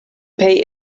pay